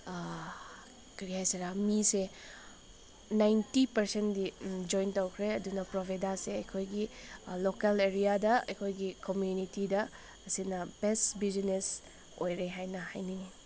ꯀꯔꯤ ꯍꯥꯏꯁꯤꯔꯥ ꯃꯤꯁꯦ ꯅꯥꯏꯟꯇꯤ ꯄꯔꯁꯦꯟꯗꯤ ꯖꯣꯏꯟ ꯇꯧꯈ꯭ꯔꯦ ꯑꯗꯨꯅ ꯄ꯭ꯔꯣꯚꯦꯗꯥꯁꯦ ꯑꯩꯈꯣꯏꯒꯤ ꯂꯣꯀꯦꯜ ꯑꯦꯔꯤꯌꯥꯗ ꯑꯩꯈꯣꯏꯒꯤ ꯀꯣꯝꯃꯤꯎꯅꯤꯇꯤꯗ ꯑꯁꯤꯅ ꯕꯦꯁ ꯕꯤꯖꯤꯅꯦꯁ ꯑꯣꯏꯔꯦ ꯍꯥꯏꯅ ꯍꯥꯏꯅꯤꯡꯉꯤ